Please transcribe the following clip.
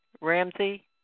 Ramsey